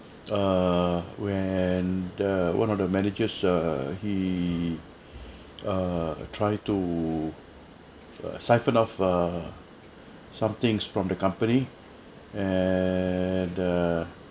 err when err one of the managers err he err try to siphon off err something from the company and a